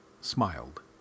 smiled